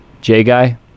J-guy